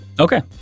Okay